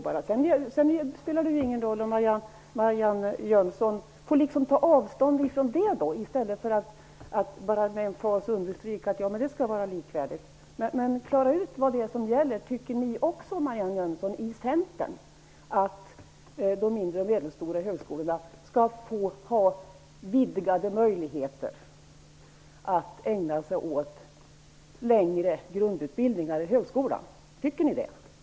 Sedan spelar det ingen roll att Marianne Jönsson med emfas vill understryka att det skall vara likvärdigt. Hon får väl i stället ta avstånd från det som står i propositionen. Klara ut vad det är som gäller! Tycker ni också i Centern, Marianne Jönsson, att de mindre och medelstora högskolorna skall ha vidgade möjligheter att ägna sig åt längre grundutbildningar? Tycker ni det?